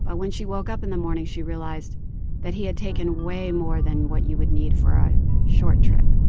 but when she woke up in the morning, she realized that he had taken way more than what you would need for a short trip.